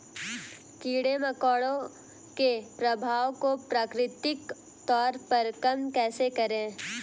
कीड़े मकोड़ों के प्रभाव को प्राकृतिक तौर पर कम कैसे करें?